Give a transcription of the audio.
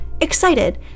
excited